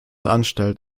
anstellt